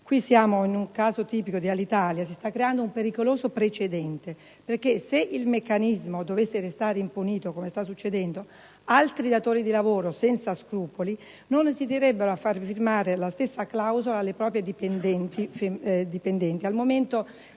Siamo in un caso tipico di Alitalia, rispetto al quale si sta creando un pericoloso precedente; infatti, se il meccanismo dovesse restare impunito, come sta succedendo, altri datori di lavoro senza scrupoli non esiterebbero a far firmare la stessa clausola alle proprie dipendenti